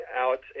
out